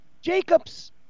Jacobs